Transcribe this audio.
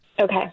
okay